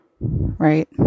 right